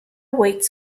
weights